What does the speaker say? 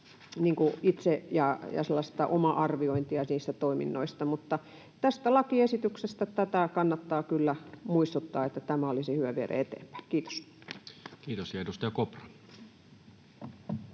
tällaista oma-arviointia niistä toiminnoista. Tästä lakiesityksestä kannattaa kyllä muistuttaa, että tämä olisi hyvä viedä eteenpäin. — Kiitos.